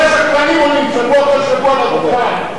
כל השקרנים עולים שבוע אחרי שבוע לדוכן.